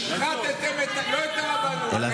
השחתם לא את הרבנות, את היהדות.